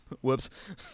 Whoops